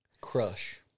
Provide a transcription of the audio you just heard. Crush